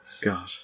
God